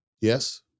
Yes